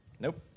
Nope